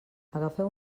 agafeu